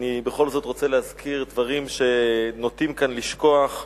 אני בכל זאת רוצה להזכיר דברים שנוטים כאן לשכוח.